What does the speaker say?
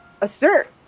assert